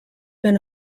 been